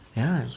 ya